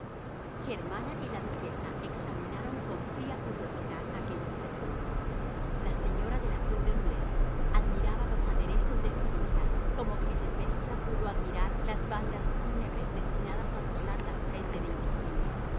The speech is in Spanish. germana y la duquesa examinaron con fría curiosidad aquellos tesoros la señora de la tour de embleuse admiraba los aderezos de su hija como clitemnestra pudo admirar las bandas fúnebres destinadas a adornar la frente de ifigenia germana recordó a